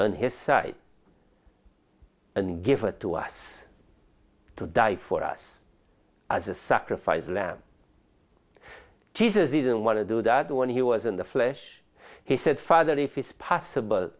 on his side and give it to us to die for us as a sacrifice lamb jesus didn't want to do that when he was in the flesh he said father if it's possible